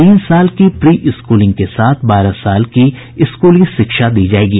तीन साल की प्री स्कूलिंग के साथ बारह साल की स्कूली शिक्षा दी जायेगी